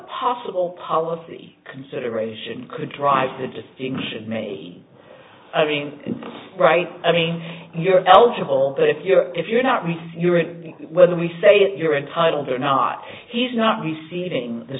possible policy consideration could drive that distinction made i mean right i mean you're eligible if you're if you're not me when we say that you're entitled or not he's not receiving the